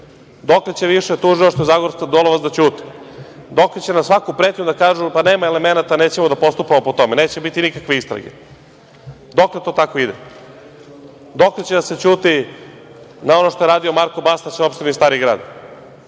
SNS?Dokle će više tužilaštvo, Zagorka Dolovac da ćute? Dokle će na svaku pretnju da kažu – nema elemenata, nećemo da postupamo po tome, neće biti nikakve istrage. Dokle to tako ide? Dokle će da se ćuti na ono što je radio Marko Bastać na opštini Stari Grad?